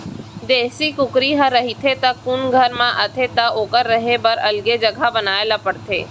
देसी कुकरी ह रतिहा कुन घर म आथे त ओकर रहें बर अलगे जघा बनाए ल परथे